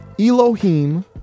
Elohim